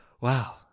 Wow